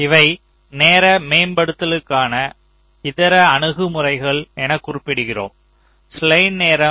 இவை நேர மேம்படுத்தலுக்கான இதர அணுகுமுறைகள் என குறிப்பிடுகிறோம்